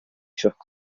furent